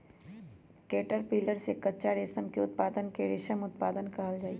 caterpillar से कच्चा रेशम के उत्पादन के रेशम उत्पादन कहल जाई छई